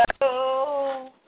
Hello